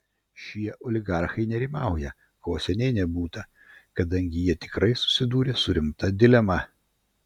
šie oligarchai nerimauja ko seniai nebūta kadangi jie tikrai susidūrė su rimta dilema